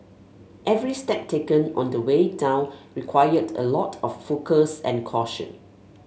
every step taken on the way down required a lot of focus and caution